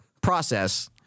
process